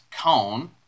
cone